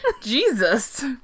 Jesus